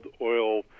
oil